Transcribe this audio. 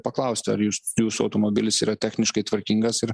paklausti ar jūs jūsų automobilis yra techniškai tvarkingas ir